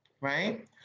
right